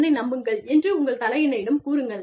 என்னை நம்புங்கள் என்று உங்கள் தலையணையிடம் கூறுங்கள்